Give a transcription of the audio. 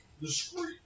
discreet